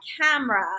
camera